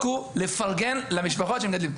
הוא לפרגן למשפחות שמגדלים.